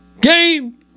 game